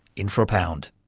in for a pound.